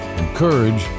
encourage